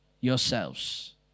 yourselves